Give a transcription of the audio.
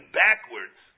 backwards